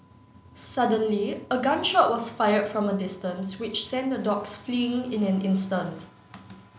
suddenly a gun shot was fired from a distance which sent the dogs fleeing in an instant